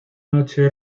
noche